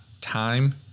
time